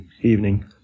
evening